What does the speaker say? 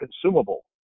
consumable